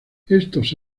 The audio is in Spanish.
estos